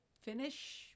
finish